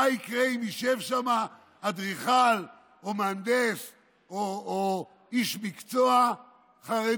מה יקרה אם ישב שם אדריכל או מהנדס או איש מקצוע חרדי,